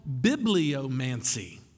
bibliomancy